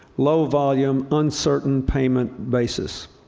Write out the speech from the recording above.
low-volume, uncertain-payment basis.